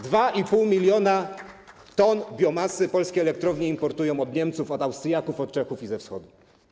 2,5 mln t biomasy polskie elektrownie importują od Niemców, od Austriaków, od Czechów i ze Wschodu.